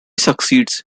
succeeds